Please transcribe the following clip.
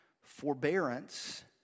forbearance